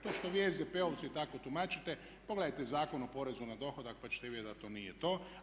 To što vi SDP-ovci tako tumačite pogledajte Zakon o porezu na dohodak pa ćete vidjeti da to nije to.